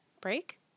break